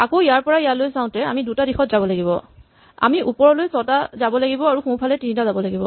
আকৌ ইয়াৰ পৰা ইয়ালৈ চাওতে আমি দুটা দিশত যাব লাগিব আমি ওপৰলৈ ছটা যাব লাগিব আৰু সোঁফালে তিনিটা যাব লাগিব